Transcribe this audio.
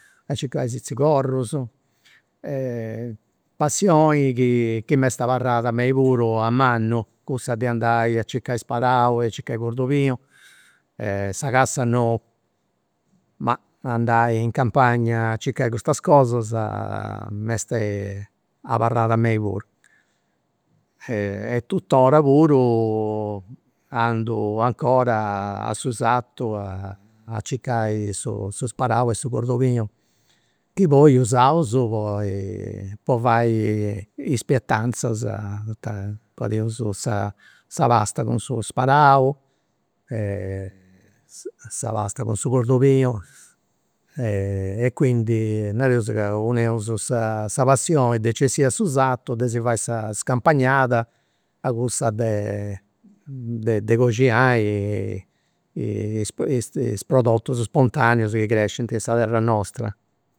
A circai sizigorrus, passioni chi m'est abarrat a mei puru a mannu cussa de andai a circai sparau, a circai cordolinu, e sa cassa nou ma andai in campagna a circai custas cosas m'est abarrat a mei puru. E tuttora puru andu ancora a su sartu a circai su sparau e su cordolinu. Chi poi usaus po po fai is pietanzas poita fadeus sa sa pasta cun su sparau sa pasta cun su cordolinu e quindi nareus chi uneus sa passioni de nci 'essiri a su sartu de si fai sa scampagnada a cussa de de de coxinai is prodottus spontaneus chi crescint in sa terra nostra